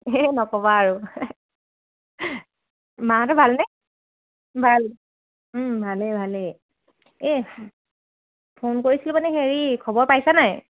এই নক'বা আৰু মাহঁতৰ ভালনে ভাল ভালেই ভালেই এই ফোন কৰিছিলোঁ মানে হেৰি খবৰ পাইছা নাই